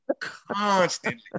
constantly